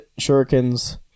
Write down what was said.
shurikens